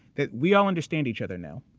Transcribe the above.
that we all understand each other now,